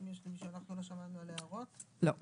אמסלם, קרעי, רוטמן, סמוטריץ', אזולאי,